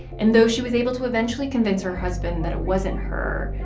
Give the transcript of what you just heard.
and though she was able to eventually convince her husband that it wasn't her,